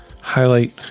highlight